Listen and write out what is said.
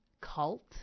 cult